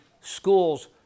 schools